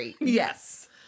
Yes